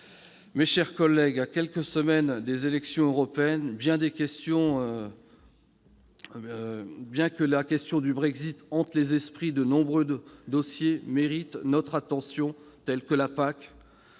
Mes chers collègues, à quelques semaines des élections européennes, bien que la question du Brexit hante les esprits, de nombreux dossiers méritent notre attention, tels que la PAC,